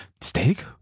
Steak